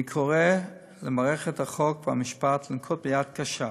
אני קורא למערכת החוק והמשפט לנקוט יד קשה,